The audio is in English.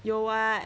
有 what